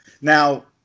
Now